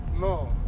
No